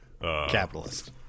Capitalist